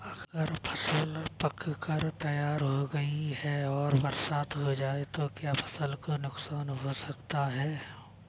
अगर फसल पक कर तैयार हो गई है और बरसात हो जाए तो क्या फसल को नुकसान हो सकता है?